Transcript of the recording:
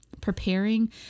Preparing